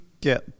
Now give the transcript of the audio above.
get